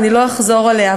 ואני לא אחזור עליה,